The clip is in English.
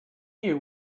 year